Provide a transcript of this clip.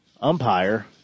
umpire